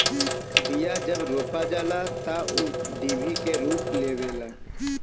बिया जब रोपा जाला तअ ऊ डिभि के रूप लेवेला